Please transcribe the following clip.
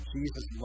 Jesus